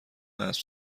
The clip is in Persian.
اسب